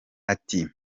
ati